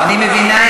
אני מבינה את זה.